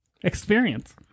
experience